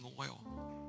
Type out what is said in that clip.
oil